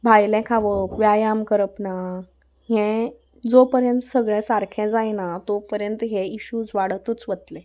भायलें खावप व्यायाम करप ना हें जो पर्यंत सगळें सारकें जायना तो पर्यंत हे इश्यूज वाडतूच वतले